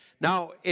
Now